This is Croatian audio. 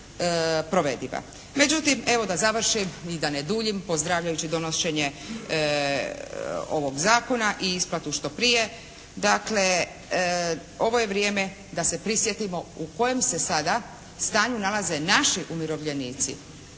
Međutim, evo da završim i da ne duljim. Pozdravljajući donošenje ovog zakona i isplatu što prije dakle ovo je vrijeme da se prisjetimo u kojem se sada stanju nalaze naši umirovljenici.